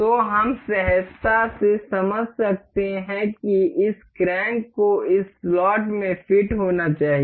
तो हम सहजता से समझ सकते हैं कि इस क्रैंक को इस स्लॉट में फिट होना चाहिए